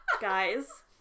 guys